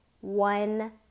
One